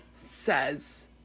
says